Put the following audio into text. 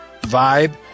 vibe